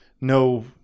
no